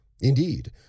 Indeed